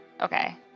Okay